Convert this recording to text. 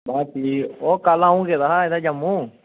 ओह् कल्ल अंऊ गेदा हा जम्मू